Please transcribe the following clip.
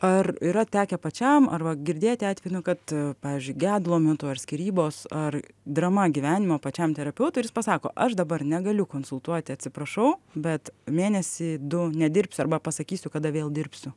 ar yra tekę pačiam arba girdėti atvejų kad pavyzdžiui gedulo metu ar skyrybos ar drama gyvenimo pačiam terapeutui ir jis pasako aš dabar negaliu konsultuoti atsiprašau bet mėnesį du nedirbsiu arba pasakysiu kada vėl dirbsiu